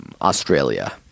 Australia